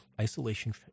isolation